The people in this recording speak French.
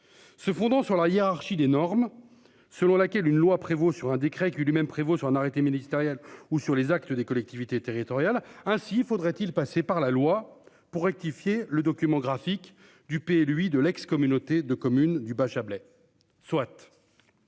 Se fondant sur la hiérarchie des normes, selon laquelle une loi prévaut sur un décret qui lui-même prévaut sur un arrêté ministériel ou sur les actes des collectivités territoriales ainsi faudrait-il passer par la loi pour rectifier le document graphique du lui de l'ex-Communauté de communes du bas Chablais